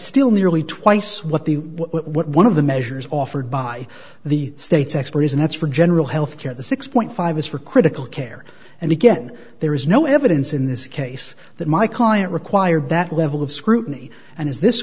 still nearly twice what the one of the measures offered by the state's expert is and that's for general health care the six point five is for critical care and again there is no evidence in this case that my client required that level of scrutiny and as this